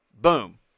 boom